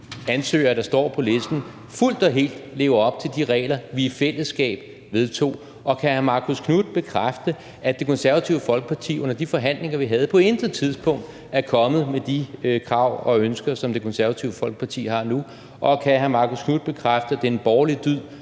ansøgere, der står på listen, fuldt og helt lever op til de regler, vi i fællesskab vedtog? Og kan hr. Marcus Knuth bekræfte, at Det Konservative Folkeparti under de forhandlinger, vi havde, på intet tidspunkt er kommet med de krav og ønsker, som Det Konservative Folkeparti har nu? Og kan hr. Marcus Knuth bekræfte, at det er en borgerlig dyd